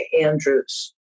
Andrews